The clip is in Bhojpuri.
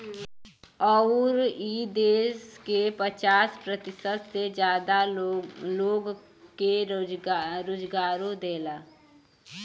अउर ई देस के पचास प्रतिशत से जादा लोग के रोजगारो देला